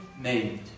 made